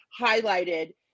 highlighted